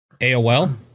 aol